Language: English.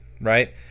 right